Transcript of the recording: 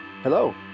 Hello